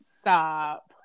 Stop